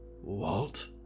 Walt